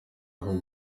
aka